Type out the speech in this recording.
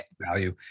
value